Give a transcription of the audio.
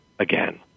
again